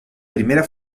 primera